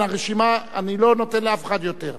אני לא נותן לאף אחד יותר.